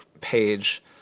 page